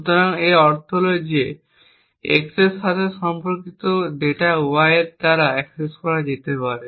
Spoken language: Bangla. সুতরাং এর অর্থ হল যে x এর সাথে সম্পর্কিত ডেটা y দ্বারা অ্যাক্সেস করা যেতে পারে